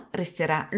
resterà